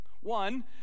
One